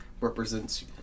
represents